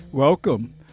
Welcome